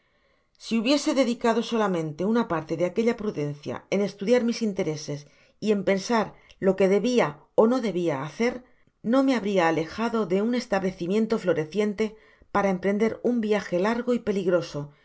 si hubiese dedicado solamente una parte de aquella prudencia en estudiar mis intereses y en pensar lo que debia ó no debia hacer no me habria alejado de un establecimiento floreciente para emprender un viaje largo y peligroso